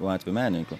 latvių menininkų